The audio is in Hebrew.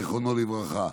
זיכרונו לברכה.